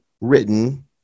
written